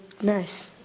nice